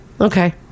Okay